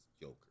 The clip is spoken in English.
Joker